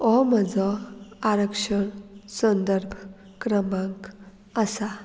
हो म्हजो आरक्षण संदर्भ क्रमांक आसा